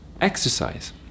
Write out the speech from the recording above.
Exercise